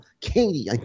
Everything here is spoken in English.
Katie